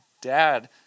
dad